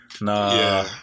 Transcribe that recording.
Nah